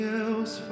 else